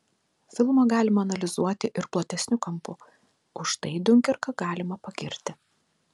filmą galima analizuoti ir platesniu kampu už tai diunkerką galima pagirti